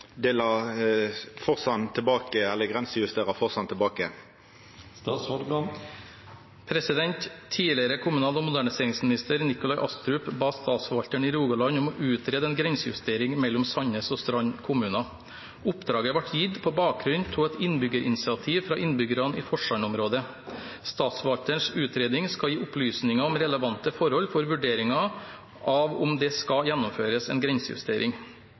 Tidligere kommunal- og moderniseringsminister Nikolai Astrup ba Statsforvalteren i Rogaland om å utrede en grensejustering mellom Sandnes kommune og Strand kommune. Oppdraget ble gitt på bakgrunn av et innbyggerinitiativ fra innbyggere i Forsand-området. Statsforvalterens utredning skal gi opplysninger om relevante forhold for vurderingen av om det skal gjennomføres en grensejustering.